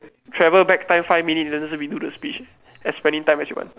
travel back time five minutes then just redo the speech as many time as you want